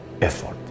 effort